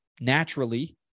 Naturally